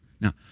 now